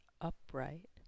upright